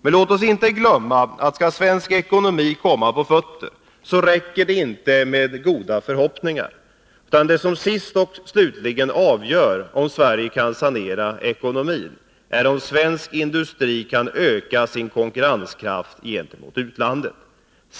Men låt oss inte glömma att skall svensk ekonomi komma på fötter, räcker det inte med goda förhoppningar, utan det som sist och slutligen avgör om Sverige kan sanera ekonomin är om svensk industri kan öka sin konkurrenskraft gentemot utlandet.